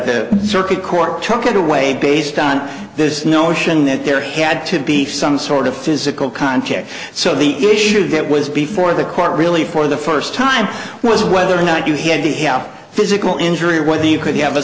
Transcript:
state circuit court took it away based on this notion that there had to be some sort of physical contact so the issue that was before the court really for the first time was whether or not you had to help physical injury when the you could have a